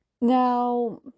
Now